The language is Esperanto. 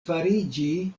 fariĝi